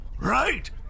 right